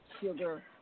sugar